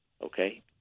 okay